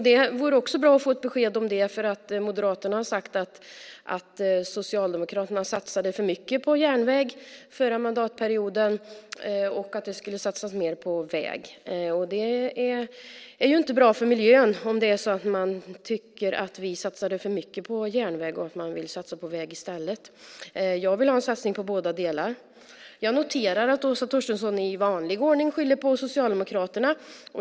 Det vore bra om vi kunde få ett besked. Moderaterna har sagt att Socialdemokraterna satsade för mycket på järnväg under den förra mandatperioden och att det skulle satsas mer på väg. Det är ju inte bra för miljön om man tycker att vi satsade för mycket på järnväg och vill satsa på väg i stället. Jag vill ha en satsning på båda. Jag noterar att Åsa Torstensson i vanlig ordning skyller på Socialdemokraterna.